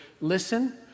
listen